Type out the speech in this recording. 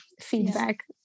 feedback